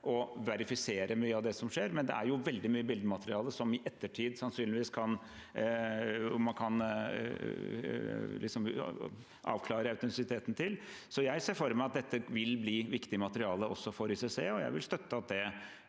å verifisere mye av det som skjer. Likevel er det veldig mye billedmateriale man i ettertid sannsynligvis kan avklare autentisiteten til. Jeg ser for meg at dette vil bli viktig materiale også for ICC, og jeg vil støtte at man